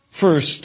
First